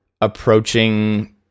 approaching